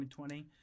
2020